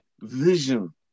vision